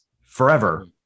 forever